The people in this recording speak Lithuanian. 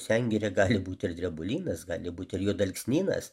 sengirė gali būt ir drebulynas gali būt ir juodalksnynas